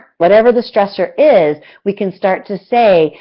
whatever the stressor is, we can start to say,